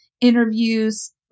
interviews